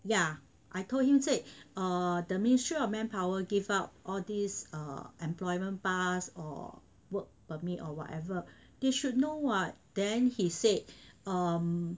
yeah I told him said the ministry of manpower give out all these uh employment pass or work permit or whatever they should know [what] then he said